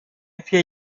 vier